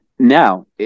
Now